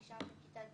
אני שם מכיתה ג'.